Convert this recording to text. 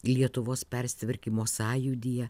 lietuvos persitvarkymo sąjūdyje